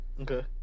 Okay